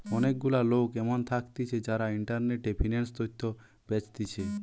অনেক গুলা লোক এমন থাকতিছে যারা ইন্টারনেটে ফিন্যান্স তথ্য বেচতিছে